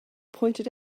pointed